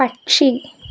പക്ഷി